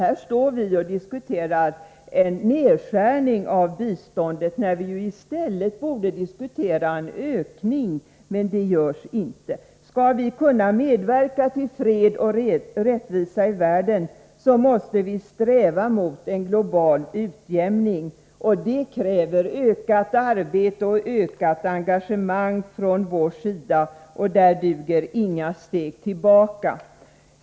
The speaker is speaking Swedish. Här står vi och diskuterar en nedskärning av biståndet, när vi i stället borde diskutera en ökning — men det görs inte. Skall vi kunna medverka till fred och rättvisa i världen måste vi sträva mot en global utjämning. Det kräver ökat arbete och ett ökat engagemang från vår sida, och där duger inga steg tillbaka.